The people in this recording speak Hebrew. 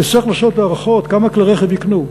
תצטרך לבצע את ההערכות כמה כלי רכב יקנו.